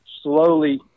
slowly